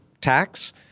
tax